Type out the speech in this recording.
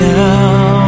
now